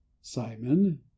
Simon